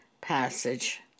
passage